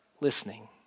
listening